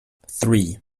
three